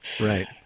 Right